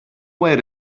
way